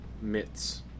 mitts